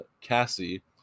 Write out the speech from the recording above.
Cassie